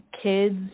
kids